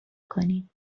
کنین